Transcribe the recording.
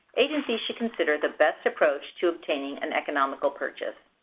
agencies should consider the best approach to obtaining an economical purchase.